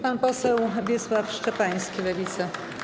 Pan poseł Wiesław Szczepański, Lewica.